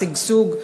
שגשוג,